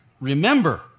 remember